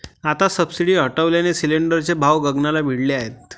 आता सबसिडी हटवल्याने सिलिंडरचे भाव गगनाला भिडले आहेत